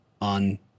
on